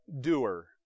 doer